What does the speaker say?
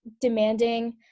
demanding